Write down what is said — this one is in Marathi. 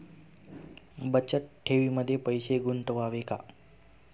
बचत ठेवीमध्ये पैसे गुंतवावे का?